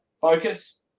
focus